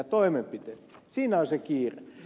siinä on se kiire